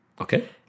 Okay